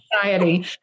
society